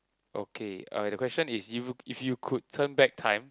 okay uh the question is if you if you could turn back time